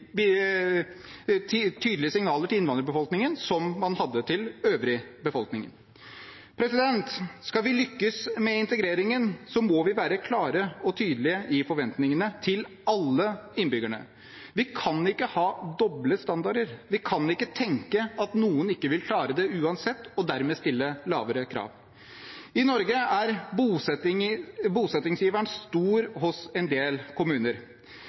tydelige signaler til innvandrerbefolkningen som man hadde til den øvrige befolkningen. Skal vi lykkes med integreringen, må vi være klare og tydelige i forventningene til alle innbyggerne. Vi kan ikke ha doble standarder. Vi kan ikke tenke at noen ikke vil klare det uansett, og dermed stille lavere krav. I Norge er bosettingsiveren stor i en del kommuner.